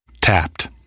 Tapped